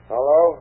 Hello